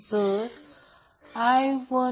म्हणजे XL 2